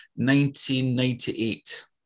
1998